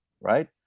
right